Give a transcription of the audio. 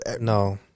No